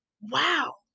Wow